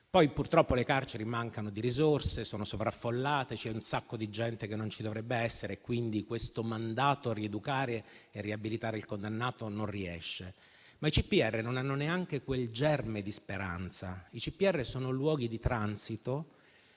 poi purtroppo le carceri mancano di risorse, sono sovraffollate e c'è un sacco di gente che non ci dovrebbe essere, per cui il mandato a rieducare e riabilitare il condannato non riesce. I CPR non hanno invece neanche quel germe di speranza: sono luoghi di transito,